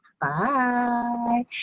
Bye